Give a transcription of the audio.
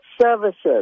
services